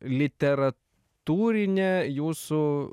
literatūrinę jūsų